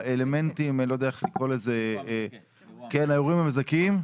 האלמנטים, האירועים המזכים.